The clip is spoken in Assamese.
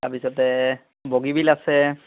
তাৰপিছতে বগীবিল আছে